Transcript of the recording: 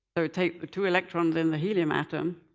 ah take the two electrons in the helium atom.